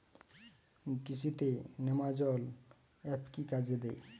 কৃষি তে নেমাজল এফ কি কাজে দেয়?